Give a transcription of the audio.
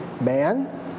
man